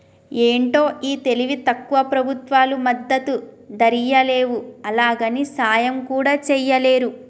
ఏంటో ఈ తెలివి తక్కువ ప్రభుత్వాలు మద్దతు ధరియ్యలేవు, అలాగని సాయం కూడా చెయ్యలేరు